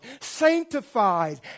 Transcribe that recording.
sanctified